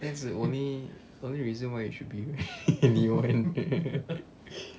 that's the only only reason why you should be very